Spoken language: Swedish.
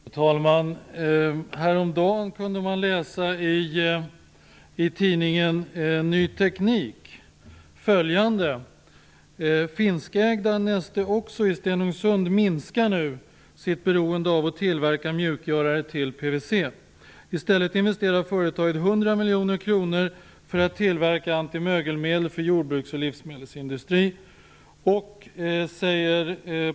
Fru talman! Häromdagen kunde man läsa följande i tidningen Ny Teknik: Istället investerar företaget 100 miljoner kronor för att tillverka antimögelmedel för jordbruks och livsmedelsindustri."